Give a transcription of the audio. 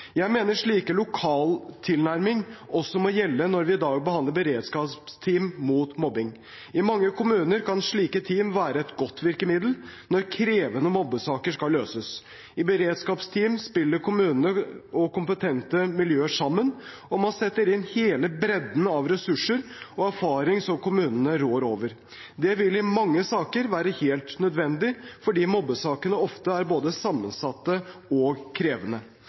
Jeg mener slik lokal tilnærming også må gjelde når vi i dag behandler beredskapsteam mot mobbing. I mange kommuner kan slike team være et godt virkemiddel når krevende mobbesaker skal løses. I beredskapsteam spiller kommunene og kompetente miljøer sammen, og man setter inn hele bredden av ressurser og erfaring som kommunene rår over. Det vil i mange saker være helt nødvendig, fordi mobbesakene ofte er både sammensatte og krevende.